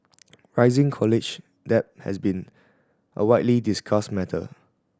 rising college debt has been a widely discussed matter